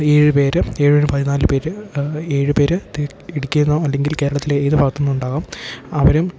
ഏഴ് പേരും ഏഴും ഏഴും പതിനാല് പേര് ഏഴ് പേര് ഇടുക്കീന്നോ അല്ലെങ്കിൽ കേരളത്തിലെ ഏത് ഭാഗത്തു നിന്നും ഉണ്ടാകാം അവരും